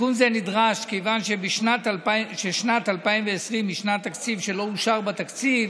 תיקון זה נדרש כיוון ששנת 2020 היא שנת תקציב שלא אושר בה תקציב,